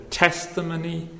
testimony